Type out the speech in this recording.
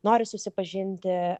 nori susipažinti